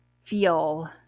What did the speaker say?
feel